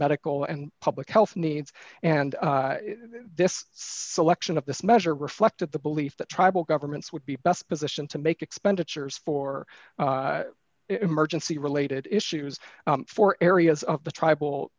medical and public health needs and this selection of this measure reflected the belief that tribal governments would be best position to make expenditures for emergency related issues for areas of the tribal